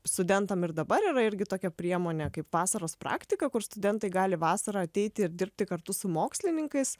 studentam ir dabar yra irgi tokia priemonė kaip vasaros praktika kur studentai gali vasarą ateiti ir dirbti kartu su mokslininkais